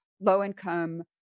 low-income